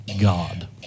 God